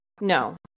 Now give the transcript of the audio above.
No